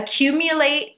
accumulate